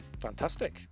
fantastic